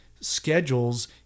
schedules